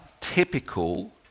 typical